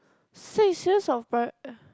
say is serious or